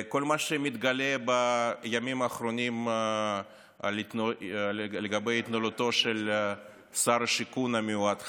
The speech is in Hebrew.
כל מה שמתגלה בימים האחרונים לגבי התנהלותו של שר השיכון המיועד,